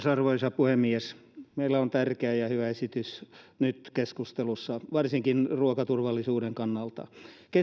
arvoisa puhemies meillä on tärkeä ja hyvä esitys nyt keskustelussa varsinkin ruokaturvallisuuden kannalta